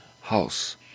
house